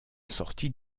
sortie